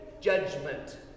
Judgment